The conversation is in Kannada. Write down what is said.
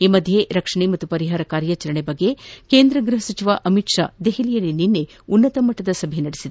ಈ ಮಧ್ಯೆ ರಕ್ಷಣೆ ಮತ್ತು ಪರಿಹಾರ ಕಾರ್ಯಾಚರಣೆ ಕುರಿತು ಕೇಂದ್ರ ಗೃಹ ಸಚಿವ ಅಮಿತ್ ಷಾ ದೆಹಲಿಯಲ್ಲಿ ನಿನ್ನೆ ಉನ್ನತ ಮಟ್ಟದ ಸಭೆ ನಡೆಸಿದ್ದಾರೆ